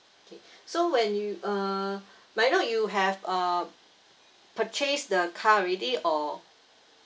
okay so when you uh may I know you have uh purchase the car already or